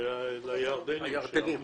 הירדנים.